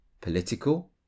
Political